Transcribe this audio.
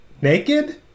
Naked